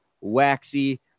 waxy